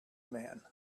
man